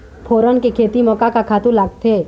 फोरन के खेती म का का खातू लागथे?